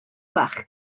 bach